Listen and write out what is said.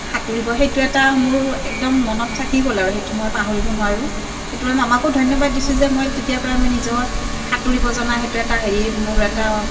সাঁতুৰিব সেইটো এটা মোৰ একদম মনত থাকি গ'ল আৰু সেইটো মই পাহৰিব নোৱাৰোঁ এইটোৱে মামাকো ধন্যবাদ দিছোঁ যে মই তেতিয়াৰপৰাই মই নিজৰ সাঁতুৰিব জনা সেইটো এটা হেৰি মোৰ এটা